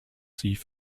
sie